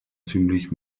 ziemlich